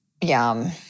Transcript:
Yum